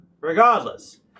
Regardless